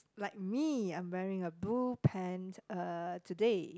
like me I'm wearing a blue pant uh today